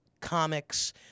comics